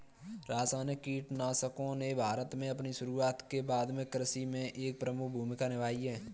रासायनिक कीटनाशकों ने भारत में अपनी शुरूआत के बाद से कृषि में एक प्रमुख भूमिका निभाई है